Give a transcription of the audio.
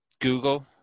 Google